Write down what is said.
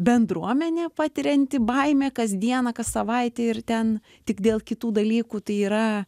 bendruomenė patirianti baimę kas dieną kas savaitę ir ten tik dėl kitų dalykų tai yra